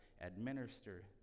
administer